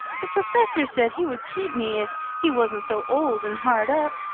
the professor said he would keep me if he wasn't so old and hard up,